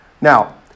Now